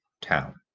town